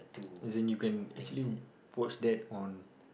as in you can actually watch that on